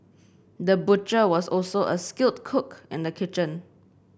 the butcher was also a skilled cook in the kitchen